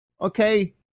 okay